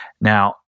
Now